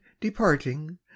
departing